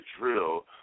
drill